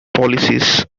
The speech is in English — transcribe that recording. policies